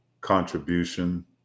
contribution